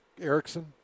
Erickson